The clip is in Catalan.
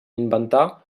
inventar